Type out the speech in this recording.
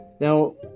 now